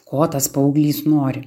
ko tas paauglys nori